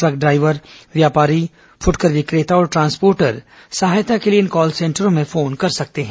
truck driver व्यापारी फुटकर विक्रेता और ट्रांसपोर्टर सहायता के लिए इन कॉल सेंटरों में फोन कर सकते हैं